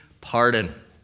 pardon